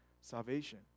salvation